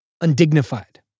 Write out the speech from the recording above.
undignified